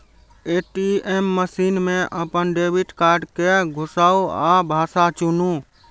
ATM machine मे अपन debit card कें घुसाउ आ भाषा चुनू